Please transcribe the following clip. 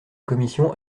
commission